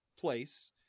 place